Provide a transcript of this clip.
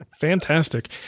Fantastic